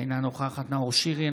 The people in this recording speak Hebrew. אינה נוכחת נאור שירי,